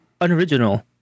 unoriginal